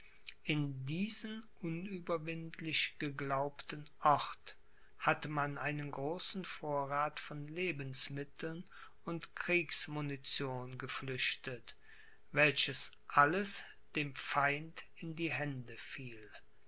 in diesen unüberwindlich geglaubten ort hatte man einen großen vorrath von lebensmitteln und kriegsmunition geflüchtet welches alles dem feind in die hände fiel